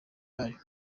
yayo